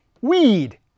Weed